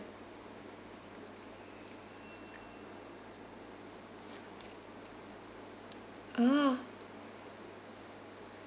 ah